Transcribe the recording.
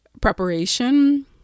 preparation